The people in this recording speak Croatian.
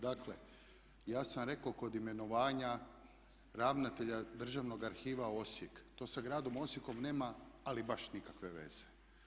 Dakle, ja sam rekao kod imenovanja ravnatelja Državnog arhiva Osijek to sa gradom Osijekom nema ali baš nikakve veze.